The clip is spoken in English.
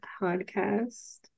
podcast